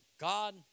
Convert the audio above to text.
God